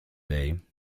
day